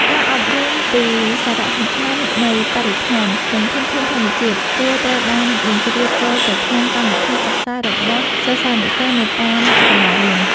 ការអប់រំពីសារៈសំខាន់នៃបរិស្ថាន និងធនធានធម្មជាតិគួរត្រូវបានបញ្ជ្រាបចូលទៅក្នុងកម្មវិធីសិក្សារបស់សិស្សានុសិស្សនៅតាមសាលារៀន។